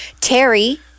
terry